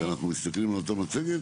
אנחנו מסתכלים על אותה מצגת?